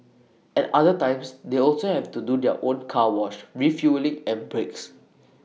at other times they also have to do their own car wash refuelling and breaks